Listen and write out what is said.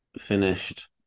finished